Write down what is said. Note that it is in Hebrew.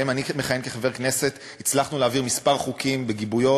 שבהם אני מכהן כחבר כנסת הצלחנו להעביר כמה חוקים בגיבויו